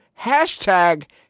hashtag